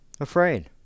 Afraid